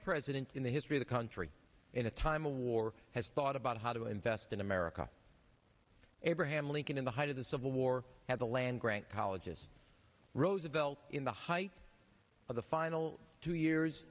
president in the history of the country in a time of war has thought about how to invest in america abraham lincoln in the height of the civil war had a land grant colleges roosevelt in the height of the final two years